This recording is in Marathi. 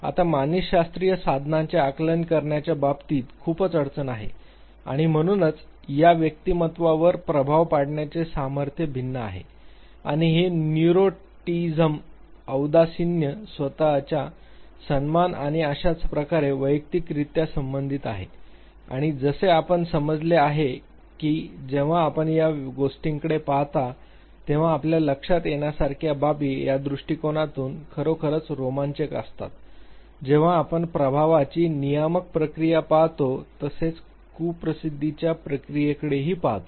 आता मानसशास्त्रीय साधनांचे आकलन करण्याच्या बाबतीत खूपच अडचण आहे आणि म्हणूनच या व्यक्तिमत्त्वावर प्रभाव पाडण्याचे सामर्थ्य भिन्न आहे आणि हे न्यूरोटिझिझम औदासिन्य स्वत चा सन्मान आणि अशाच प्रकारे वैयक्तिकरित्या संबंधित आहे आणि जसे आपण समजले आहे की जेव्हा आपण या गोष्टींकडे पाहता तेव्हा आपल्या लक्षात येण्यासारख्या बाबी या दृष्टिकोनातून खरोखरच रोमांचक असतात जेंव्हा आपण प्रभावाची नियामक प्रक्रिया पाहतो तसेच कुप्रसिद्धीच्या प्रक्रियेकडे पाहतो